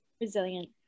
Resilient